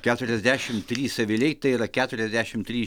keturiasdešimt trys aviliai tai yra keturiasdešimt trys